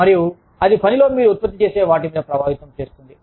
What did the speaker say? మరియు అది పనిలో మీరు ఉత్పత్తి చేసే వాటిని ప్రభావితం చేస్తుంది